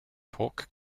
pork